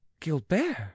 Gilbert